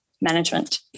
management